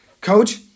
coach